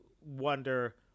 wonder